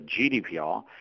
GDPR